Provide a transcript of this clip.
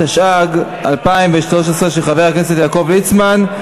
התשע"ג 2013, של חבר הכנסת יעקב ליצמן.